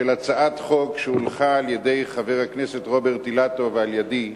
של הצעת חוק שהונחה על-ידי חבר הכנסת רוברט אילטוב ועל-ידי